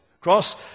Cross